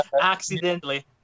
Accidentally